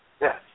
yes